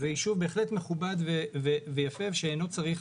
זה יישוב בהחלט מכובד ויפה שאינו צריך